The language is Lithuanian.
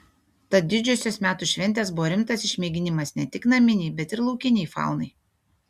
tad didžiosios metų šventės buvo rimtas išmėginimas ne tik naminei bet ir laukinei faunai